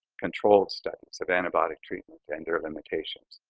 controlled studies of antibiotic treatment and their limitations.